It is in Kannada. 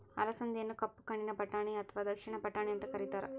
ಅಲಸಂದಿಯನ್ನ ಕಪ್ಪು ಕಣ್ಣಿನ ಬಟಾಣಿ ಅತ್ವಾ ದಕ್ಷಿಣದ ಬಟಾಣಿ ಅಂತ ಕರೇತಾರ